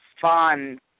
fun